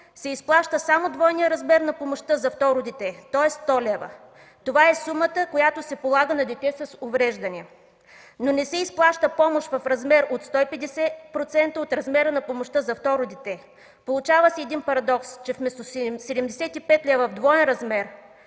се изплаща само двойният размер на помощта за второ дете, тоест 100 лв. – това е сумата, която се полага на детето с увреждания, но не се изплаща помощ в размер от 150% от размера на помощта за второ дете. Получава се един парадокс, че вместо 75 лв. в двоен размер,